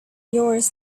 yours